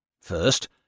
First